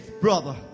Brother